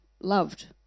loved